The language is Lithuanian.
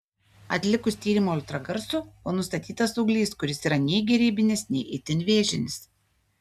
atlikus tyrimą ultragarsu buvo nustatytas auglys kuris yra nei gerybinis nei itin vėžinis